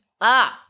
up